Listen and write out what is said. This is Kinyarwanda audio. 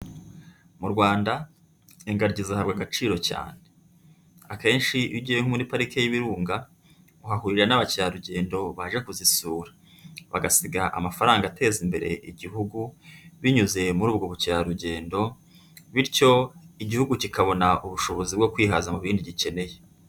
Mu Rwanda ingagi zihabwa agaciro cyane, akenshi iyo ugiye nko muri pariki y'ibirunga uhahurira n'abakerarugendo baje kuzisura bagasiga amafaranga ateza imbere igihugu binyuze muri ubwo bukerarugendo bityo igihugu kikabona ubushobozi bwo kwihaza mu bindi gikeneye.